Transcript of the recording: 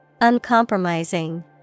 Uncompromising